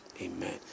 amen